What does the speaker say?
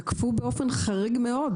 תקפו באופן חריג מאוד,